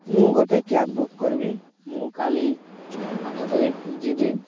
ମୁଁ ଗୋଟେ cab book କରିବି ମୁଁ କାଲି ଆଠ ତାରିଖ ଯିବି